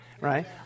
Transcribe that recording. Right